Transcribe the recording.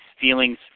feelings